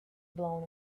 blown